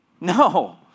No